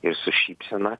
ir su šypsena